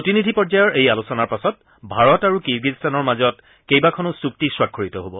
প্ৰতিনিধি পৰ্যায়ৰ এই আলোচনাৰ পাছত ভাৰত আৰু কিৰ্গিজস্তানৰ মাজত কেইবাখনো চুক্তি স্বাক্ষৰিত হব